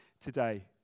today